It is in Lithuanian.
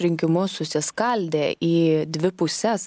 rinkimus susiskaldė į dvi puses